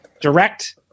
direct